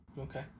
Okay